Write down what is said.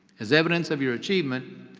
as evidence of your achievement,